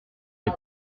les